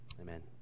Amen